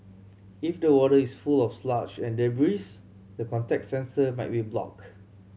if the water is full of sludge and debris the contact sensor might be blocked